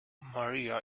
maria